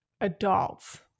adults